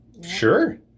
sure